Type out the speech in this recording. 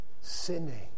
sinning